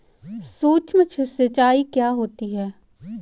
सुक्ष्म सिंचाई क्या होती है?